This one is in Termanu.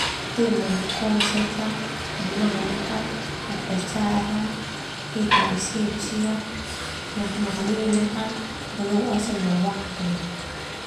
Tema konsep mamanak upacara feta resepsi makaminak baloas no waktu.